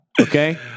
Okay